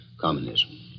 communism